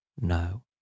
No